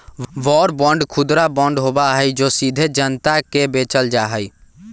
war bond खुदरा bond होबा हई जो सीधे जनता के बेचल जा हई